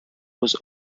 was